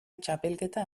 txapelketa